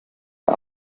der